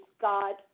God